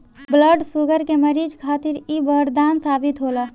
blood sugar के मरीज खातिर इ बरदान साबित होला